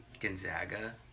Gonzaga